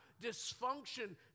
dysfunction